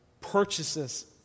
purchases